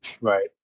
right